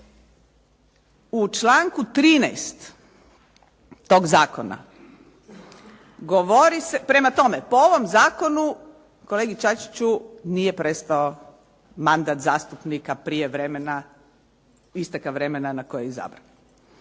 U članku 13. tog zakona govori se, prema tome po ovom zakonu kolegi Čačiću nije prestao mandat zastupnika prije vremena, isteka vremena na koji je izabran.